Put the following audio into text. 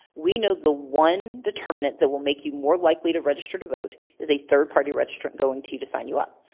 we know the one determinate that will make you more likely to register to vote is a third party registrant going to you to sign you up.